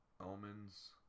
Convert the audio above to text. almonds